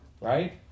Right